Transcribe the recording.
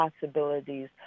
possibilities